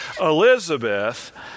Elizabeth